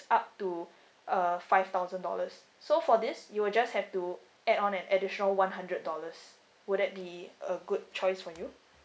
up to uh five thousand dollars so for this you will just have to add on an additional one hundred dollars would that be a good choice for you